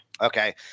Okay